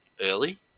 early